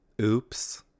Oops